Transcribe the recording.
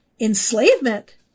enslavement